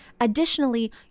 additionally